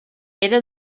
era